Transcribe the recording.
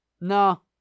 No